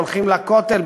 הולכים לכותל,